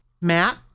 Matt